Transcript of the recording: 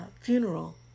funeral